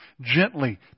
Gently